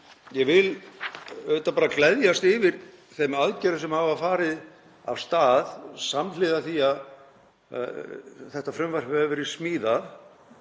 ég vil bara gleðjast yfir þeim aðgerðum sem hafa farið af stað samhliða því að þetta frumvarp hefur verið smíðað.